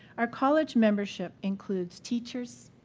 our college membership includes teachers,